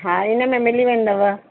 हा हिनमें मिली वेंदव